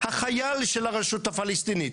החייל של הרשות הפלסטינית,